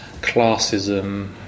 classism